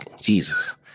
Jesus